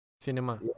Cinema